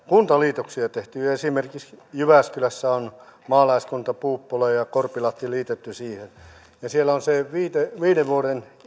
kuntaliitoksia tehty ja esimerkiksi jyväskylässä on maalaiskunta puuppola ja ja korpilahti liitetty siihen ja siellä on se viiden vuoden